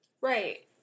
Right